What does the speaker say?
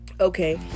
Okay